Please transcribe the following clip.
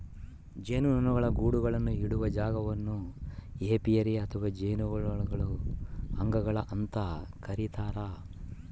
ಜೇನುನೊಣಗಳ ಗೂಡುಗಳನ್ನು ಇಡುವ ಜಾಗವನ್ನು ಏಪಿಯರಿ ಅಥವಾ ಜೇನುನೊಣಗಳ ಅಂಗಳ ಅಂತ ಕರೀತಾರ